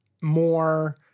more